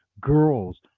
Girls